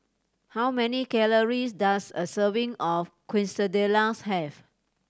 how many calories does a serving of Quesadillas have